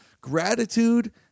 gratitude